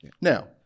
Now